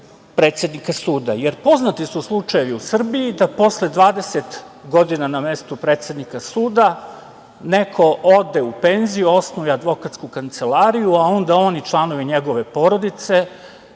predsednika suda. Poznati su slučajevi u Srbiji da posle 20 godina na mestu predsednika suda neko ode u penziju, osnuje advokatsku kancelariju, a onda on i članovi njegove porodice